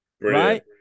right